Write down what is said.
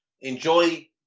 Enjoy